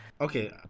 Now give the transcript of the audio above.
Okay